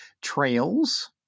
trails